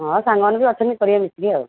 ହଁ ଆଉ ସାଙ୍ଗମାନେ ବି ଅଛନ୍ତି କରିବେ ମିଶିକି ଆଉ